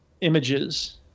images